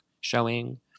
Showing